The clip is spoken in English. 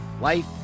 life